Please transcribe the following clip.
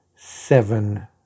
seven